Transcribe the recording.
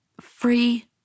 Free